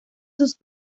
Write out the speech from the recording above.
sus